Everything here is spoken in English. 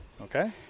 Okay